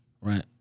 Right